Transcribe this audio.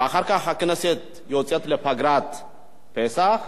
ואחר כך הכנסת יוצאת לפגרת פסח,